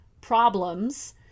problems